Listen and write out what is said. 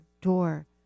door